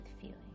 feeling